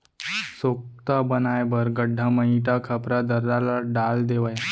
सोख्ता बनाए बर गड्ढ़ा म इटा, खपरा, दर्रा ल डाल देवय